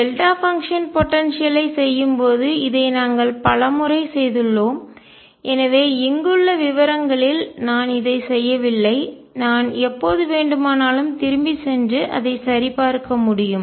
delta function potential ஐ ஆற்றல் செய்யும்போது இதை நாங்கள் பலமுறை செய்துள்ளோம் எனவே இங்குள்ள விவரங்களில் நான் இதைச் செய்யவில்லை நான் எப்போது வேண்டுமானாலும் திரும்பிச் சென்று அதை சரிபார்க்க முடியும்